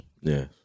Yes